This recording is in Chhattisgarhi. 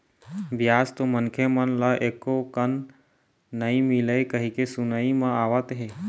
बियाज तो मनखे मन ल एको कन नइ मिलय कहिके सुनई म आवत हे